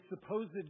supposed